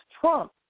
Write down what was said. Trump